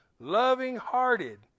Loving-hearted